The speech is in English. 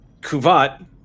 Kuvat